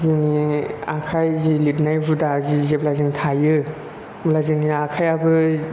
जोंनि आखाय जि लिरनाय हुदा जि जेब्ला जों थायो होमब्ला जोंनि आखायाबो